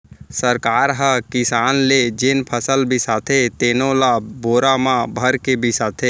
सरकार ह किसान ले जेन फसल बिसाथे तेनो ल बोरा म भरके बिसाथे